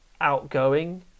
outgoing